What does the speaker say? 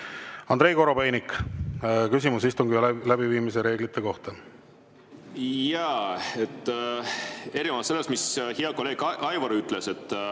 Andrei Korobeinik, küsimus istungi läbiviimise reeglite kohta. Erinevalt sellest, mis hea kolleeg Aivar ütles, et